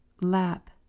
lap